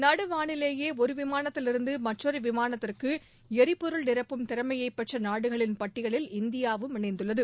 நடு வானிலேயே ஒரு விமானத்திலிருந்து மற்றொரு விமானத்திற்கு எரிபொருள் நிரப்பும் திறமையை பெற்ற நாடுகளின் பட்டியலில் இந்தியாவும் இணைந்துள்ளது